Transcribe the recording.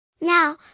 Now